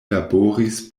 laboris